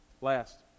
last